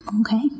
Okay